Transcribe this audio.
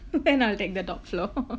then will take the top floor